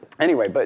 anyway, but